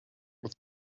aus